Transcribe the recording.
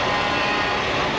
and